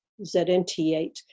ZNT8